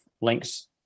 links